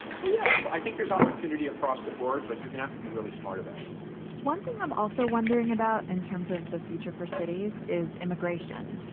so, yeah, i think there's opportunity across the board, but you're going have to be really smart about it one thing i'm also wondering about in terms of the future for cities is immigration.